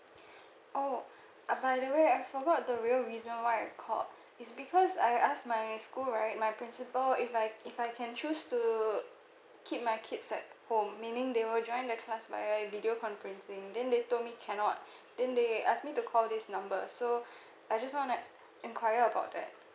oh ah by the way I forgot the real reason why I called it's because I asked my school right my principal if like if I can choose to keep my kids at home meaning they will join the class via video conferencing then they told me cannot then they asked me to call this number so I just wanna enquire about that